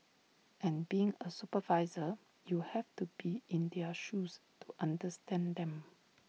and being A supervisor you have to be in their shoes to understand them